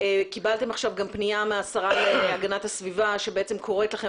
קיבלתם עכשיו גם פנייה מהשרה להגנת הסביבה שבעצם קוראת לכם,